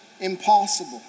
impossible